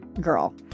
girl